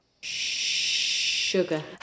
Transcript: Sugar